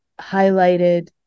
highlighted